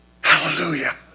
Hallelujah